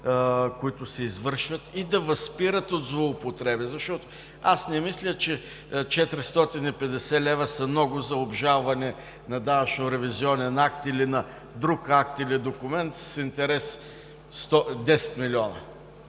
които се извършват, и да възпират от злоупотреби, защото не мисля, че 450 лв. са много за обжалване на данъчно-ревизионен акт или на друг акт, или документ с интерес 10 милиона,